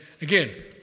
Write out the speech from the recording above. again